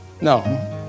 No